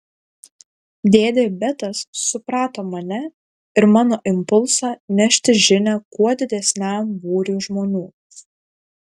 dėdė betas suprato mane ir mano impulsą nešti žinią kuo didesniam būriui žmonių